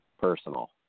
personal